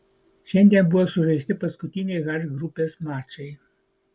šiandien buvo sužaisti paskutiniai h grupės mačai